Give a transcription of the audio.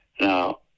Now